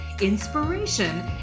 inspiration